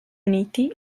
uniti